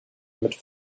mit